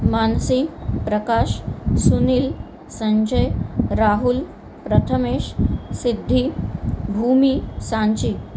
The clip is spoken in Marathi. मानसी प्रकाश सुनील संजय राहुल प्रथमेश सिद्धी भूमी सांची